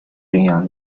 巡洋舰